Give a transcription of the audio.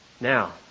Now